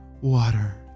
water